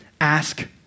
ask